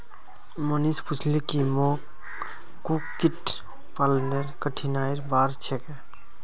मनीष पूछले की मोक कुक्कुट पालनेर कठिनाइर बार छेक